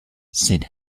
said